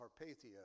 Carpathia